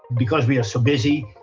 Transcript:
because we are so busy,